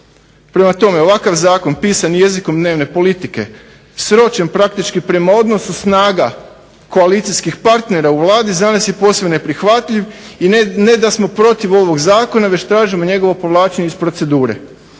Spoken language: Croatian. Prema tome ovakav zakon pisan jezikom dnevne politike, sročen praktički prema odnosu snaga koalicijskih partnera u Vladi za nas je posve neprihvatljiv i ne da smo protiv ovog zakona već tražimo njegovo povlačenje iz procedure.